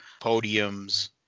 podiums